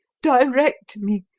direct me!